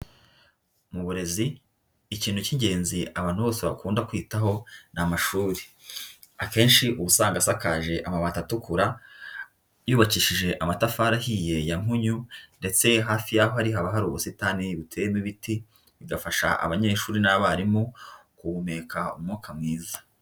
Mu burezi ikintu k'ingenzi abantu bose bakunda kwitaho ni amashuri, akenshi ubu usanga asakaje amabati atukura, yubakishije amatafari ahiye ya mpunyu ndetse hafi y'aho ari haba hari ubusitani buteyemo ibiti, bigafasha abanyeshuri n'abarimu guhumeka umwuka mwiza.